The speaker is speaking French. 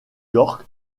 york